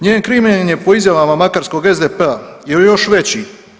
Njen krimen je po izjavama makarskog SDP je još veći.